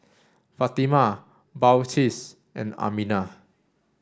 Fatimah Balqis and Aminah